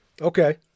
Okay